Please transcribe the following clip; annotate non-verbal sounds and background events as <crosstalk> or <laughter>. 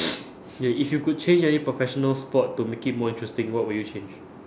<noise> K if you could change any professional sport to make it more interesting what would you change